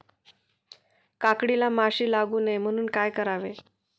काकडीला माशी लागू नये म्हणून काय करावे?